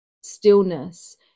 stillness